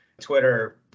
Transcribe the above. Twitter